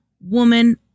woman